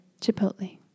Chipotle